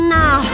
now